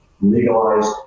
legalized